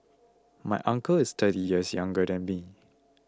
my uncle is thirty years younger than me